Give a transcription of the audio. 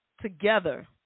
together